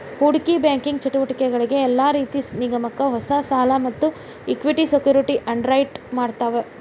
ಹೂಡಿಕಿ ಬ್ಯಾಂಕಿಂಗ್ ಚಟುವಟಿಕಿಗಳ ಯೆಲ್ಲಾ ರೇತಿ ನಿಗಮಕ್ಕ ಹೊಸಾ ಸಾಲಾ ಮತ್ತ ಇಕ್ವಿಟಿ ಸೆಕ್ಯುರಿಟಿ ಅಂಡರ್ರೈಟ್ ಮಾಡ್ತಾವ